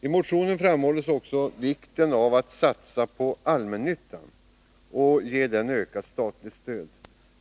I motionen framhålls också vikten av att satsa på allmännyttan och ge den ökat statligt stöd.